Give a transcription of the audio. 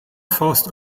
forced